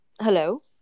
Hello